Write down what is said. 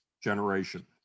generation